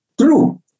true